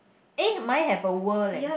eh mine have a world leh